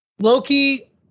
Loki